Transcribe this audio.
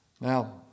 Now